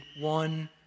one